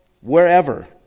wherever